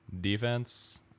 Defense